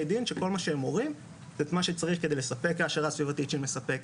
דין שכל מה שהם מורים זה את מה שצריך כדי לספק העשרה סביבתית מספקת,